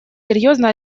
серьезно